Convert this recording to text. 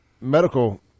medical